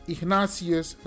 Ignatius